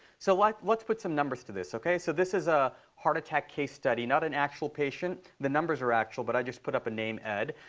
so like let's put some numbers to this, ok? so this is a heart attack case study, not an actual patient. the numbers are actual, but i just put up a name, ed.